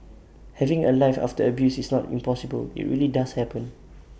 having A life after abuse is not impossible IT really does happen